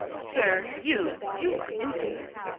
sir, you. you are insolent!